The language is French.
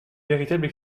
véritable